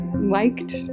liked